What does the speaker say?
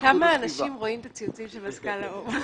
השאלה היא כמה אנשים רואים את הציוצים של מזכ"ל האו"ם.